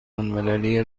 المللی